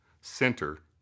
center